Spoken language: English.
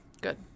Good